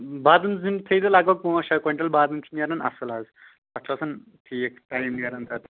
بادام زِنۍ تھٲوِزیٚو لگ بگ پانٛژھ شیٚے کۄینٛٹل بادام چھِ نیران اصٕل حظ تتھ چھُ آسان ٹھیٖک ٹایِم نیران تتھ